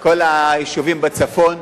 וכל היישובים בצפון,